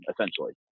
essentially